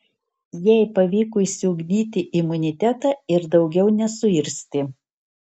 jai pavyko išsiugdyti imunitetą ir daugiau nesuirzti